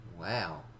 Wow